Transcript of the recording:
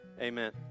amen